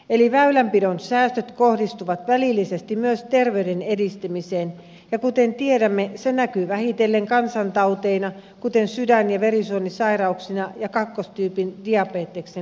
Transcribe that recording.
eli väylänpidon säästöt kohdistuvat välillisesti myös terveyden edistämiseen ja kuten tiedämme se näkyy vähitellen kansantauteina kuten sydän ja verisuonisairauksina ja kakkostyypin diabeteksen lisääntymisenä